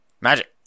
Magic